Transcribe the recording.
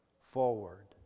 forward